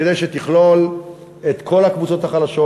כדי שתכלול את כל הקבוצות החלשות,